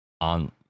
on